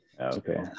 Okay